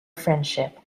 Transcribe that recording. friendship